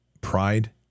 pride